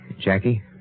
Jackie